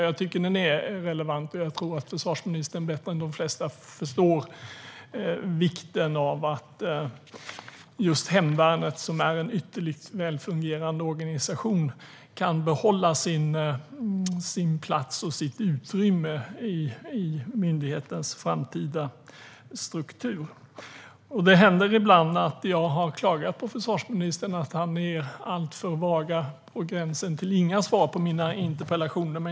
Jag tycker att den är relevant, och jag tror att försvarsministern bättre än de flesta förstår vikten av att just hemvärnet, som är en ytterligt välfungerande organisation, kan behålla sin plats och sitt utrymme i myndighetens framtida struktur. Det har ibland hänt att jag har klagat på försvarsministern för att han ger alltför vaga, på gränsen till inga, svar på mina interpellationer.